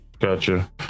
Gotcha